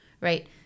right